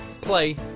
play